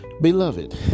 Beloved